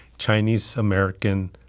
Chinese-American